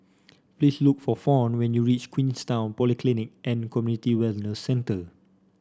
please look for Fawn when you reach Queenstown Polyclinic and Community Wellness Centre